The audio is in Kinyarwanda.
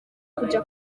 kujya